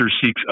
seeks